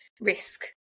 risk